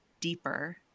Deeper